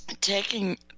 taking